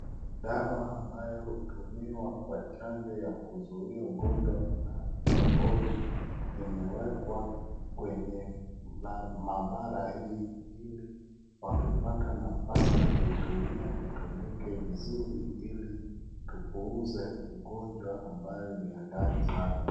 Dawa ambayo hutumika kwa chanjo ya kuzuia ugonjwa unayo itwa polio imewekwa kwenye maabara hii ili wakipata nafasi ya kuitumia itumike vizuri ili tupuuze ugonjwa ambayo ni hatari sana.